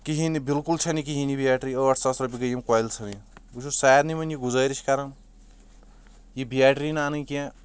کہنۍ نہٕ بالکُل چھنہٕ یہِ کہنۍ یہِ بیٹری ٲٹھ ساس رۄپیہِ گٔے یم کۄلہِ ژھٕنٕنۍ بہٕ چھُس سارنٕے وۄنۍ یہِ گُزٲرش کران یہِ بیٹری نہ انٕنۍ کینٛہہ